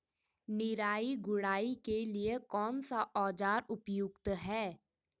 निराई गुड़ाई के लिए कौन सा औज़ार उपयुक्त है?